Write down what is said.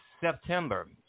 September